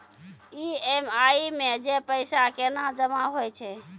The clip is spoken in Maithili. ई.एम.आई मे जे पैसा केना जमा होय छै?